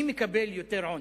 מי מקבל יותר עונש?